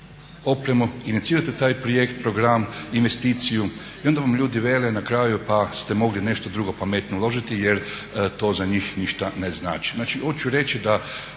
opremu, inicirate taj projekt, program, investiciju i onda vam ljudi vele na kraju pa ste mogli nešto drugo pametnije uložiti jer to za njih ništa ne znači. Hoću reći da